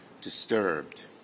disturbed